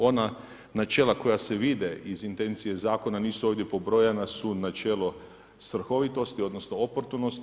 Ona načela koja se vide iz intencije zakona nisu ovdje pobrojana, su načelo svrhovitosti odnosno oportunosti.